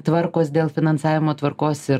tvarkos dėl finansavimo tvarkos ir